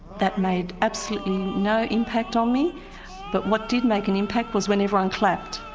that made absolutely no impact on me but what did make an impact was when everyone clapped,